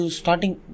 starting